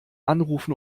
anrufen